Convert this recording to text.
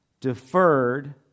deferred